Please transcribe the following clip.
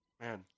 Man